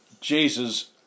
Jesus